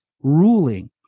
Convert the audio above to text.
ruling